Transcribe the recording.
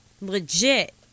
legit